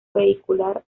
vehicular